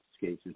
cases